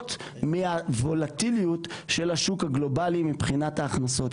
וליהנות מהוולטיליות של השוק הגלובלי מבחינת ההכנסות,